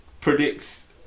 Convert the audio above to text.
predicts